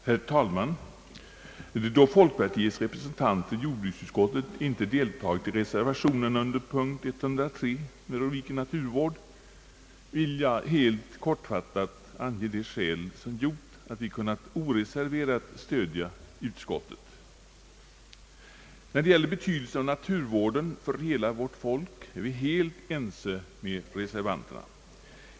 Herr talman! Då folkpartiets representanter i jordbruksutskottet inte anslutit sig till reservationen under punkt 103 som gäller naturvården, vill jag helt kortfattat ange de skäl som föreligger för att vi kunnat oreserverat stödja utskottets förslag. Vi är helt ense med reservanterna om betydelsen av naturvården för hela vårt folk.